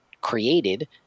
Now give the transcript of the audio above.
created